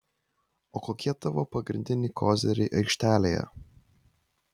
o kokie tavo pagrindiniai koziriai aikštelėje